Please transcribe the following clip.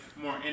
more